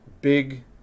big